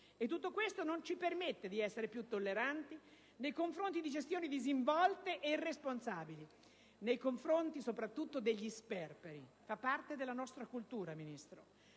tutto questo non ci permette di essere più tolleranti nei confronti di gestioni disinvolte e irresponsabili, nei confronti soprattutto degli sperperi; fa parte della nostra cultura, Ministro.